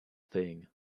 thing